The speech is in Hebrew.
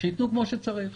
שייתנו כמו שצריך,